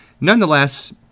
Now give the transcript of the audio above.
nonetheless